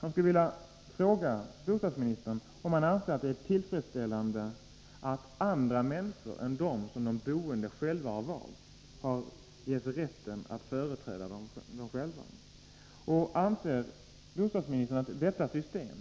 Jag skulle vilja fråga bostadsministern om han anser att det är tillfredsställande att andra människor än dem som de boende själva har valt ges rätten att företräda dem. Anser bostadsministern att detta system